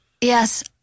yes